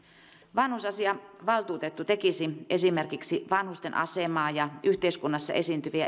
vanhusasiavaltuutettu tekisi esimerkiksi vanhusten asemaa ja yhteiskunnassa esiintyviä